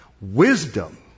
Wisdom